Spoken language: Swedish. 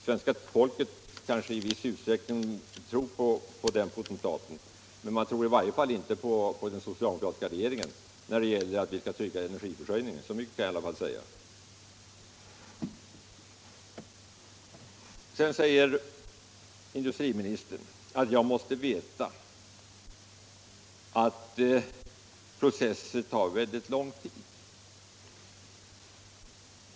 Svenska folket kanske i viss utsträckning tror på den potentaten, men man tror i varje fall inte på den socialdemokratiska regeringen när det gäller att trygga energiförsörjningen — så mycket kan jag lugnt säga. Industriministern anser att jag måste veta att processer tar lång tid.